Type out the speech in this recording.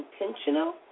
intentional